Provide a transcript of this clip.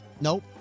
Nope